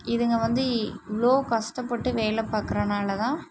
இதுங்க வந்து இவ்வளோ கஷ்டப்பட்டு வேலை பாக்குறதுனால தான்